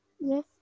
Yes